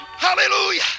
Hallelujah